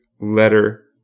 letter